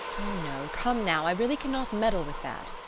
oh no come now, i really cannot meddle with that.